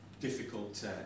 difficult